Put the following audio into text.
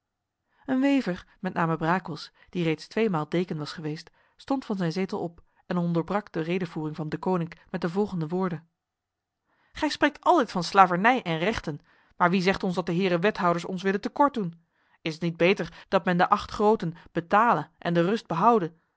een wever met name brakels die reeds tweemaal deken was geweest stond van zijn zetel op en onderbrak de redevoering van deconinck met de volgende woorden gij spreekt altijd van slavernij en rechten maar wie zegt ons dat de heren wethouders ons willen te kort doen is het niet beter dat men de acht groten betale en de rust behoude